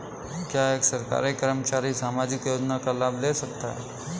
क्या एक सरकारी कर्मचारी सामाजिक योजना का लाभ ले सकता है?